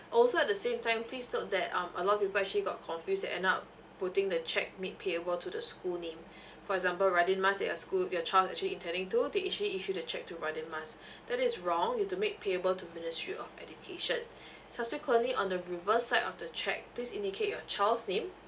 also at the same time please note that um a lot of people actually got confused and end up putting the cheque made payable to the school name for example radin mas that your school your child is actually intending to to actually issue the cheque to radin mass that is wrong you've to make payable to ministry of education subsequently on the reverse side of the cheque please indicate your child's name